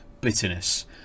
bitterness